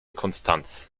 konstanz